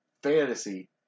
fantasy